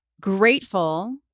grateful